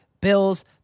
bills